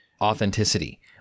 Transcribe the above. authenticity